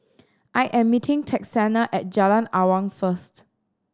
I am meeting Texanna at Jalan Awang first